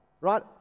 right